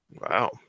Wow